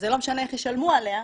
לא משנה איך ישלמו עליה,